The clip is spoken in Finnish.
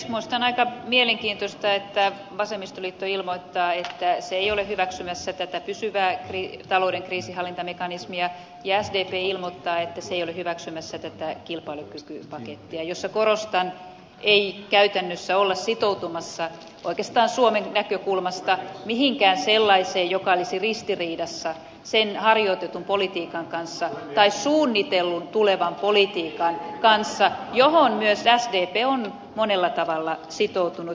minusta on aika mielenkiintoista että vasemmistoliitto ilmoittaa että se ei ole hyväksymässä tätä pysyvää talouden kriisinhallintamekanismia ja sdp ilmoittaa että se ei ole hyväksymässä tätä kilpailukykypakettia jossa korostan ei käytännössä olla sitoutumassa oikeastaan suomen näkökulmasta mihinkään sellaiseen mikä olisi ristiriidassa sen harjoitetun politiikan kanssa tai suunnitellun tulevan politiikan kanssa johon myös sdp on monella tavalla sitoutunut